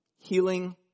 healing